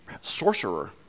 sorcerer